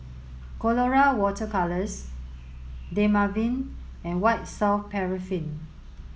Colora water colours Dermaveen and White soft paraffin